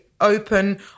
open